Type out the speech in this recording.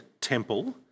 temple